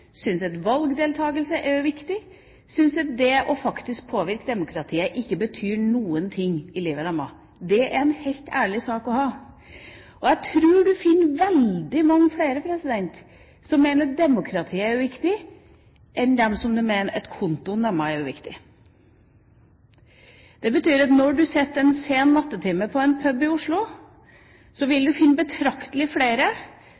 syns at demokratiet vårt er uviktig, syns at valgdeltakelse er uviktig, syns at det å faktisk påvirke demokratiet ikke betyr noen ting i livet deres. Det er en helt ærlig sak. Jeg tror du finner veldig mange flere som mener demokratiet er uviktig, enn dem som mener at kontoen deres er uviktig. Det betyr at når du sitter en sen nattetime på en pub i Oslo, vil du finne betraktelig flere